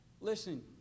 listen